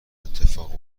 اتفاق